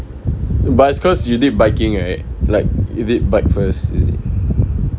but it's cause you did biking right like you did bike first is it